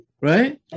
Right